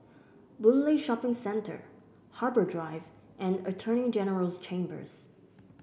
Boon Lay Shopping Centre Harbour Drive and Attorney General's Chambers